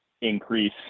increase